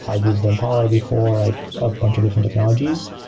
i used impala before, like a bunch of different technologies.